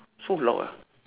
so loud ah